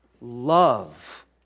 love